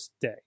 Day